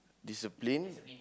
discipline